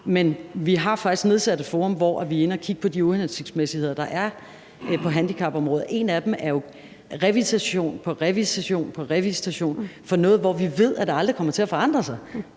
faktisk oprettet et forum, hvor vi er inde at kigge på de uhensigtsmæssigheder, der er på handicapområdet. En af dem er jo, at der er revisitation på revisitation for noget, som vi ved aldrig kommer til at forandre sig.